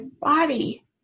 body